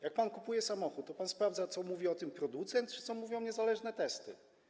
Jak pan kupuje samochód, to pan sprawdza, co mówi o tym producent czy co mówią niezależne testy?